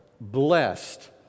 blessed